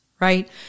right